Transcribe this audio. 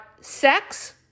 sex